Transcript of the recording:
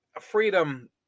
Freedom